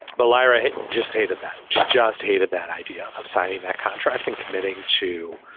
valera just hated that she just hated that idea of signing that contract and committing to